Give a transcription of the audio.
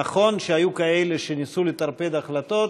נכון שהיו כאלה שניסו לטרפד החלטות,